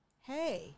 Hey